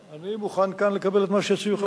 אני מוכן כאן לקבל את מה שיציעו חברי הכנסת.